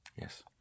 Yes